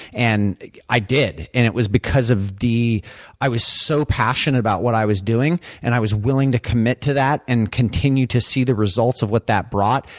and i did. and it was because of the i was so passionate about what i was doing and i was willing to commit to that and continue to see the results of what that brought,